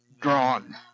drawn